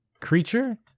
creature